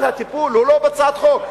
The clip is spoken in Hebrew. אבל הטיפול הוא לא בהצעת חוק,